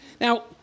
Now